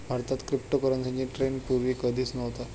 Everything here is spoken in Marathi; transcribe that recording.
भारतात क्रिप्टोकरन्सीचा ट्रेंड पूर्वी कधीच नव्हता